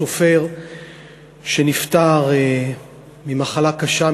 הסופר שנפטר ממחלה קשה,